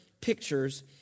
pictures